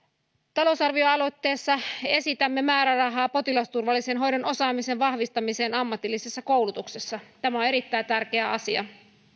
talousarvioaloitteessa esitämme määrärahaa potilasturvallisen hoidon osaamisen vahvistamiseen ammatillisessa koulutuksessa tämä on erittäin tärkeä asia